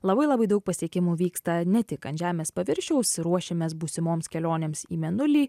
labai labai daug pasiekimų vyksta ne tik ant žemės paviršiaus ruošimės būsimoms kelionėms į mėnulį